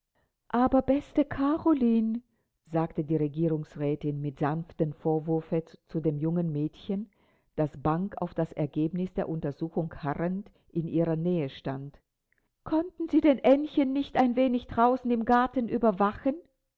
aber beste karoline sagte die regierungsrätin mit sanftem vorwurfe zu dem jungen mädchen das bang auf das ergebnis der untersuchung harrend in ihrer nähe stand konnten sie denn aennchen nicht ein wenig draußen im garten überwachen